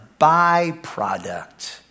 byproduct